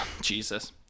Jesus